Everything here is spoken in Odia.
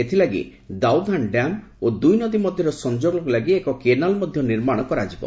ଏଥିଲାଗି ଦାଉଧାନ ଡ୍ୟାମ ଓ ଦୁଇ ନଦୀ ମଧ୍ୟରେ ସଂଯୋଗ ଲାଗି ଏକ କେନାଲ ମଧ୍ୟ ନିର୍ମାଣ କରାଯିବ